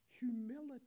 Humility